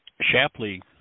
Shapley